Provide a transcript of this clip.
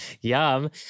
Yum